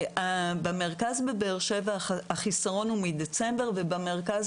במרכז בבאר-שבע החוסר הוא מדצמבר ובמרכז